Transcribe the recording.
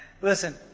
Listen